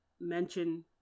mention